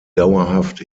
dauerhaft